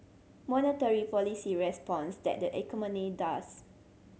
monetary policy responds tat the economy does